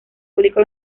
público